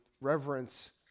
reverence